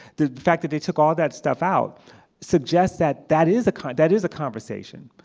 the fact that they took all that stuff out suggests that that is that is a conversation.